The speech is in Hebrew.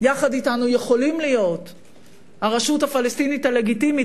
יחד אתנו יכולים להיות הרשות הפלסטינית הלגיטימית,